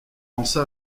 lança